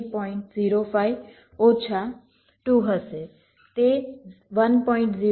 05 ઓછા 2 હશે તે 1